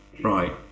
Right